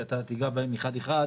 שאתה תיגע בהן אחת-אחת,